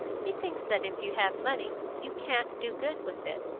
he thinks that if you have money, you can't do good with it.